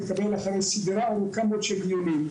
התקבל אחרי סדרה ארוכה מאוד של דיונים.